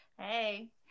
Hey